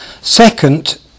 Second